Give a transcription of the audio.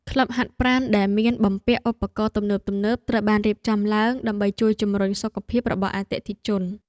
ក្លឹបហាត់ប្រាណដែលមានបំពាក់ឧបករណ៍ទំនើបៗត្រូវបានរៀបចំឡើងដើម្បីជួយជម្រុញសុខភាពរបស់អតិថិជន។